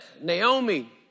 Naomi